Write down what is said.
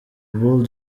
bull